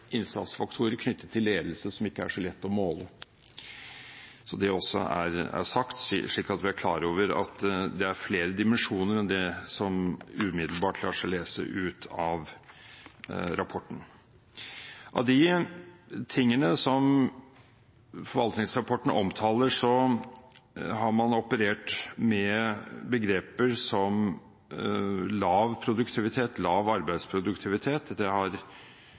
innsatsfaktorer som er knyttet til ledelse, som ikke er så lett å måle – bare så det også er sagt, og slik at vi er klar over at det er flere dimensjoner enn det som umiddelbart lar seg lese ut av rapporten. Når det gjelder de tingene som forvaltningsrapporten omtaler, har man operert med begreper som «lav produktivitet» og «lav arbeidsproduktivitet». Det